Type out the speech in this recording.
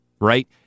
right